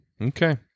Okay